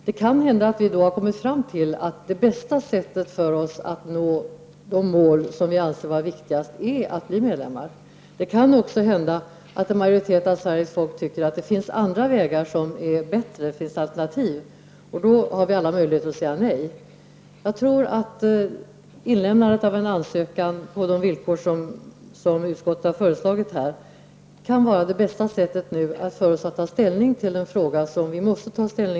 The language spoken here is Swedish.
Det kan hända att vi då har kommit fram till att vi bäst kan uppnå de mål som vi anser vara de viktigaste genom att bli medlem. Men det kan också vara så, att en majoritet av svenska folket tycker att det finns andra vägar som är bättre, att det finns alternativ. Men då har vi alla möjligheter att säga nej. Jag tror att inlämnandet av en ansökan på de villkor som utskottet här har föreslagit kan vara bästa sättet för oss att ta ställning till en fråga där vi måste inta en ståndpunkt.